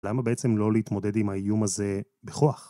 למה בעצם לא להתמודד עם האיום הזה בכוח?